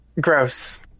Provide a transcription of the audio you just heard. Gross